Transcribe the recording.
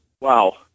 wow